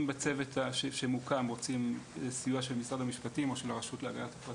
אם בצוות שמוקם רוצים סיוע של משרד המשפטים או של הרשות להגנת הפרטיות,